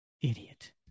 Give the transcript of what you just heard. Idiot